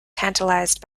tantalised